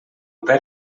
perd